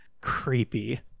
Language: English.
creepy